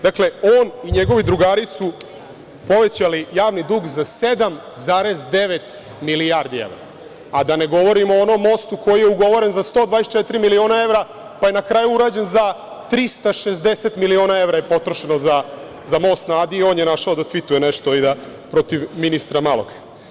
Dakle, on i njegovi drugari su povećali javni dug za 7,9 milijardi evra, a da ne govorimo o onom mostu koji je ugovoren za 124 miliona evra, pa je na kraju urađen za 360 miliona evra je potrošeno za most na Adi i on je našao da „tvituje“ nešto protiv ministra Malog.